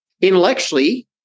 Intellectually